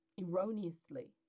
erroneously